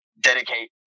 dedicate